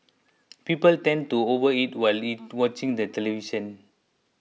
people tend to overeat while watching the television